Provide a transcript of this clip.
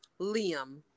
Liam